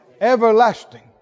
everlasting